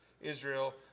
Israel